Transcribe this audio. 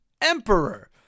emperor